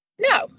No